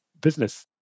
business